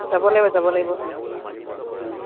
যাব লাগিব যাব লাগিব